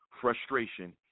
frustration